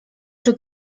czy